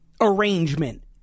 arrangement